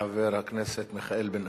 חבר הכנסת מיכאל בן-ארי.